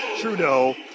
Trudeau